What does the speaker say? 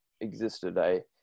existed